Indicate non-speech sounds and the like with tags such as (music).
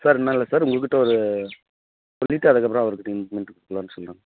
sir (unintelligible)